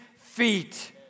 feet